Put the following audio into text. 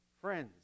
Friends